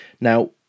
Now